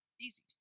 Easy